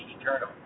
eternal